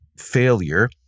failure